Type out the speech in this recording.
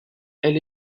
elle